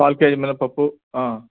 call KG మినప్పప్పు